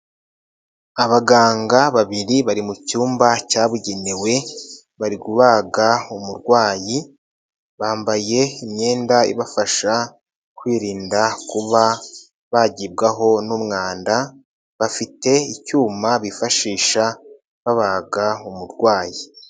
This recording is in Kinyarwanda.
Abaganga babiri bari mu cyumba cyabugenewe, bari kubaga umurwayi, bambaye imyenda ibafasha kwirinda kuba bagibwaho n'umwanda, bafite icyuma bifashisha babaga umurwayi.